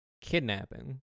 kidnapping